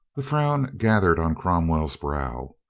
the frown gathered on cromwell's brow.